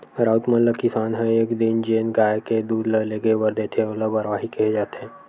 राउत मन ल किसान ह एक दिन जेन गाय के दूद ल लेगे बर देथे ओला बरवाही केहे जाथे